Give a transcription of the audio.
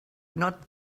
not